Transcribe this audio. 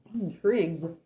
Intrigued